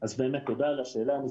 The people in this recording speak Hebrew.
תודה על השאלה.